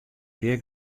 pear